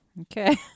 Okay